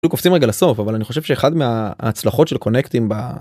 ...נו קופצים רגע לסוף, אבל אני חושב שאחד מההצלחות של קונקטים ב...